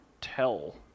tell